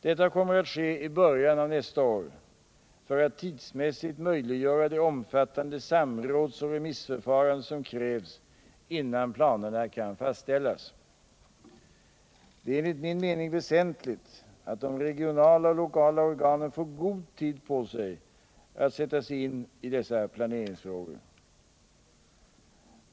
Detta kommer att ske i början av nästa år, för att tidsmässigt möjliggöra det omfattande samrådsoch remissförfarande som krävs innan planerna kan fastställas. Det är enligt min mening väsentligt att de regionala och lokala organen får god tid på sig att sätta sig in i planeringsfrågorna.